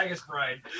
Bride